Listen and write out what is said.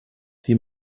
die